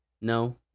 No